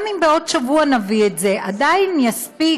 גם אם בעוד שבוע נביא את זה עדיין יספיק,